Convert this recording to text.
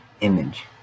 image